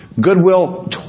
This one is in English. Goodwill